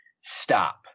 stop